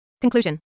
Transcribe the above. Conclusion